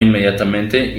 inmediatamente